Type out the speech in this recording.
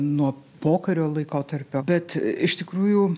nuo pokario laikotarpio bet iš tikrųjų